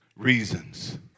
Reasons